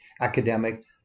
Academic